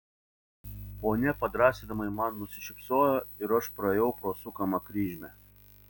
ponia padrąsinamai man nusišypsojo ir aš praėjau pro sukamą kryžmę